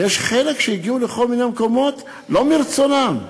ויש חלק שהגיעו לכל מיני מקומות לא מרצונם,